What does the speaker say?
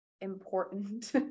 important